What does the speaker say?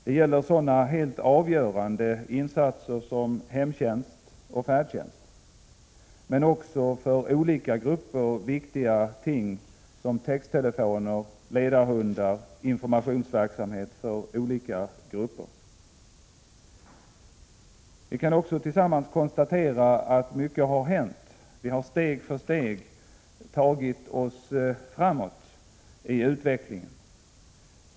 Det gäller t.ex. sådana avgörande insatser som hemtjänst och färdtjänst, men också för olika grupper viktiga ting såsom texttelefoner, ledarhundar och informationsverksamhet. Vi kan också tillsammans konstatera att mycket har hänt. Steg för steg har vi tagit oss framåt i utvecklingen.